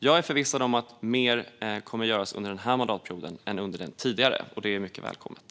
Jag är förvissad om att mer kommer att göras under den här mandatperioden än under den tidigare, och det är mycket välkommet.